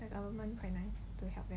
the government quite nice to help them